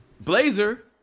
Blazer